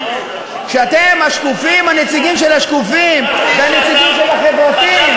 אתם הנציגים של השקופים והנציגים של החברתיים.